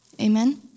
Amen